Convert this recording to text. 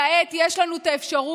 וכעת יש לנו את האפשרות